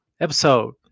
Episode